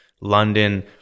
London